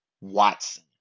Watson